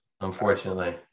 Unfortunately